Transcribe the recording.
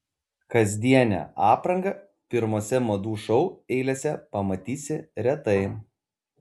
kasdienę aprangą pirmose madų šou eilėse pamatysi retai